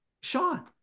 Sean